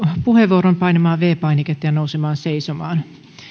puheenvuoron painamaan viides painiketta ja nousemaan seisomaan